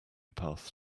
path